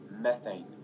methane